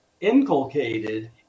inculcated